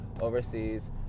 overseas